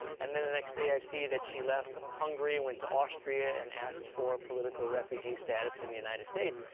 and then the next day i see that she left hungary and went to austria and asked for political refugee status in the united states,